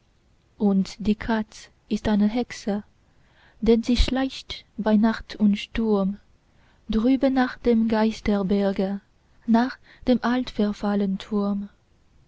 und die katz ist eine hexe denn sie schleicht bei nacht und sturm drüben nach dem geisterberge nach dem altverfallnen turm